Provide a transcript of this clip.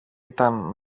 ήταν